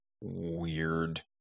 weird